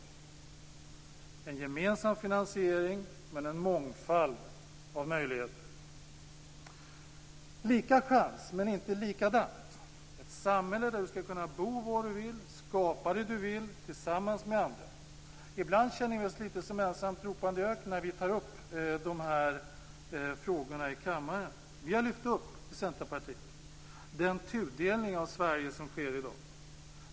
Finansieringen skall vara gemensam, men det skall finnas en mångfald av möjligheter. Det skall vara lika chans, men inte likadant. Vi vill ha ett samhälle där du skall kunna bo var du vill och skapa det du vill tillsammans med andra. Ibland känner vi oss lite grann som en ensam ropandes i öknen när vi tar upp dessa frågor i kammaren. Vi i Centerpartiet har lyft fram den tudelning av Sverige som sker i dag.